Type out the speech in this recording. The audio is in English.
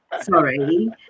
sorry